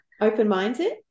Open-minded